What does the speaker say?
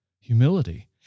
humility